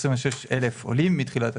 כשאנחנו חותמים על התקשרת,